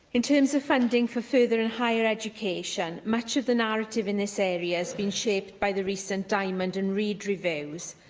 in terms of funding for further and higher education, much of the narrative in this area has been shaped by the recent diamond and reid reviews.